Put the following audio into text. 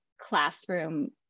classroom